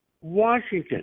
Washington